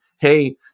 Hey